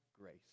grace